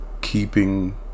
Keeping